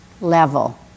level